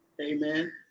Amen